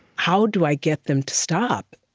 how do i get them to stop?